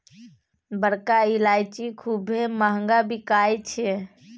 बड़का ईलाइची खूबे महँग बिकाई छै